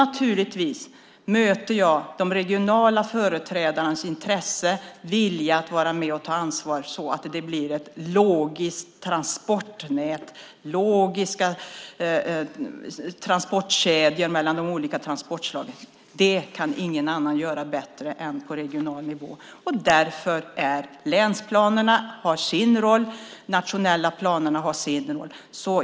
Naturligtvis möter jag de regionala företrädarnas intresse och vilja att ta ansvar så att det blir ett logiskt transportnät och logiska kedjor av de olika transportslagen. Det kan inte göras bättre än på regional nivå. Länsplanerna har sin roll och de nationella planerna har sin roll.